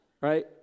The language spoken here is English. Right